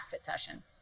session